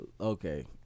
Okay